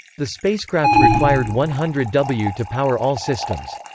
the spacecraft required one hundred w to power all systems.